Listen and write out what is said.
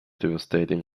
devastating